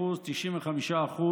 ש-95%